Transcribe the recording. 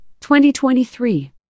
2023